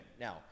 Now